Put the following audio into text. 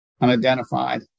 unidentified